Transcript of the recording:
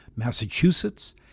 Massachusetts